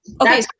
okay